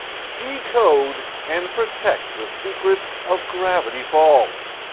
decode, and protect the secrets of gravity falls.